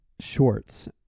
shorts